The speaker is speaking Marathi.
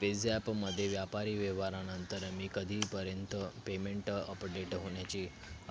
पेझॅपमध्ये व्यापारी व्यवहारानंतर मी कधीपर्यंत पेमेंट अपडेट होण्याची